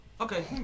Okay